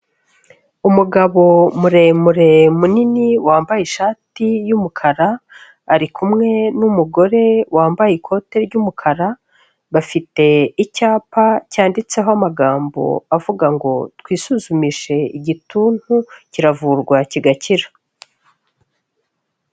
Umugabo muremure munini wambaye ishati y'umukara, ari kumwe n'umugore wambaye ikote ry'umukara, bafite icyapa cyanditseho amagambo avuga ngo twisuzumishe igituntu kiravurwa kigakira.